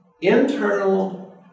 internal